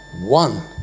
one